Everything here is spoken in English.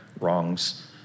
wrongs